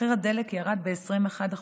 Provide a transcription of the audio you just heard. מחיר הדלק ירד ב-21%,